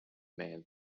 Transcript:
man